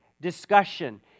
discussion